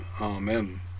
Amen